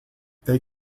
they